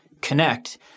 connect